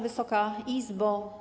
Wysoka Izbo!